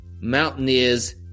Mountaineers